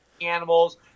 animals